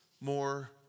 more